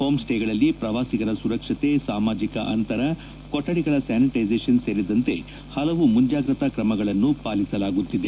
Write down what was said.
ಹೋಮ್ಸ್ಟೇಗಳಲ್ಲಿ ಪ್ರವಾಸಿಗರ ಸುರಕ್ಷತೆ ಸಾಮಾಜಿಕ ಅಂತರ ಕೊಠಡಿಗಳ ಸ್ಥಾನಿಟೈಜೇಶನ್ ಸೇರಿದಂತೆ ಹಲವು ಮುಂಜಾಗ್ರತಾ ಕ್ರಮಗಳನ್ನು ಪಾಲಿಸಲಾಗುತ್ತಿದೆ